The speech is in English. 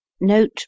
Note